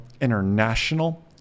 International